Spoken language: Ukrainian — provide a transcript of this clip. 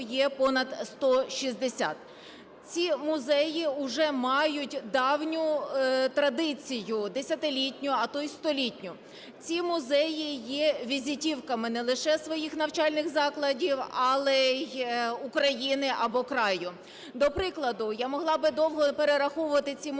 є понад 160. Ці музеї уже мають давню традицію, десятилітню, а то й столітню. Ці музеї є візитівками не лише своїх навчальних закладів, але й України або краю. До прикладу. Я могла би довго перераховувати ці музеї,